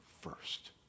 first